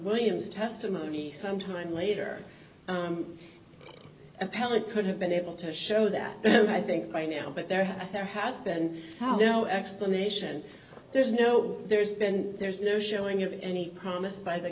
williams testimony some time later appellate could have been able to show that i think by now but there there has been no explanation there's no there's been there's no showing you have any promise by the